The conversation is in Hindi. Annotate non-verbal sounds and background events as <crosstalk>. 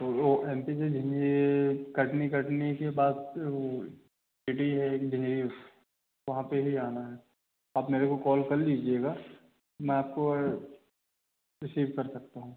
तो वो एम पी से <unintelligible> कटनी कटनी के बाद से वो सिटी है एक <unintelligible> वहाँ पर ही आना है आप मेरे को कॉल कर लीजिएगा मैं आपको रिसीव कर सकता हूँ